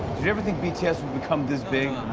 you ever think bts would become this big?